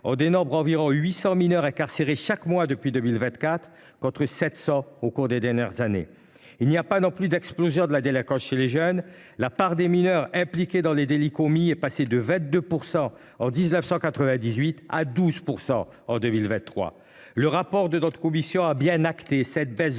on dénombre environ 800 mineurs incarcérés chaque mois depuis 2024, contre 700 au cours des dernières années. Il n’y a pas non plus d’explosion de la délinquance chez les jeunes : la part des mineurs impliqués dans les délits commis est passée de 22 % en 1998 à 12 % en 2023. La commission a bien souligné, dans son